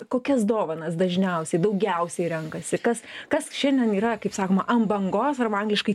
kokias dovanas dažniausiai daugiausiai renkasi kas kas šiandien yra kaip sakoma ant bangos arba angliškai